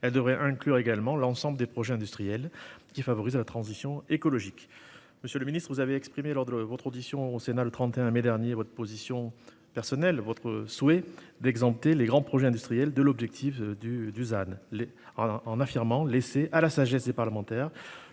elle devrait inclure l'ensemble des projets industriels qui favorisent la transition écologique. Monsieur le ministre Le Maire, vous avez exprimé, lors de votre audition au Sénat le 31 mai dernier, votre souhait, à titre personnel, d'exempter les grands projets industriels de l'objectif du ZAN, en affirmant laisser « à la sagesse des parlementaires